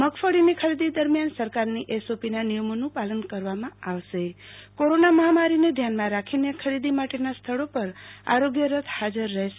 મગફળી ખરીદી દરમિયાન સરકારની એસઓપીના નિયમોનું પાલન કરવામાં આવશે કોરોના માહામારીને ધ્યાનમાં રાખીને ખરીદી માટેના સ્થળો પર આરોગ્ય રથ હાજર રહેશે